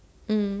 mm